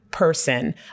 person